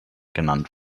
genannt